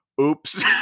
Oops